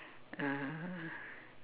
uh